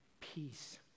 peace